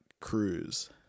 cruise